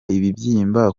ibibyimba